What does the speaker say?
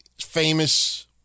famous